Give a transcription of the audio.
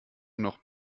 noch